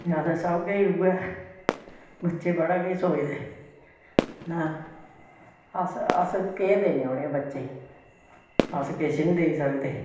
ते असें सब कुछ उ'ऐ बच्चे बड़ा किश सोचदे ऐं अस अस केह् देने ओड़े आं बच्चें ई अस किश नेईं देई सकदे